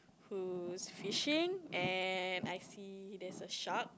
who's fishing and I see there's a shark